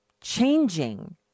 changing